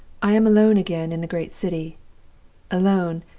i am alone again in the great city alone,